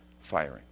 firing